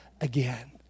again